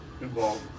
involved